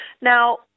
Now